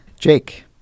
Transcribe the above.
Jake